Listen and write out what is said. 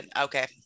Okay